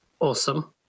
Awesome